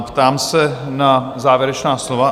Ptám se na závěrečná slova.